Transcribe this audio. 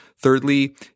Thirdly